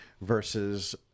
versus –